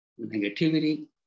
negativity